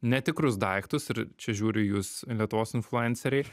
netikrus daiktus ir čia žiūriu į jus lietuvos influenceriai